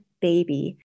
baby